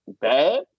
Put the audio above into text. bad